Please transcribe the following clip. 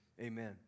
amen